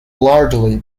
largely